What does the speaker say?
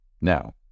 now